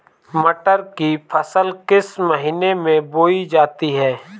मटर की फसल किस महीने में बोई जाती है?